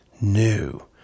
new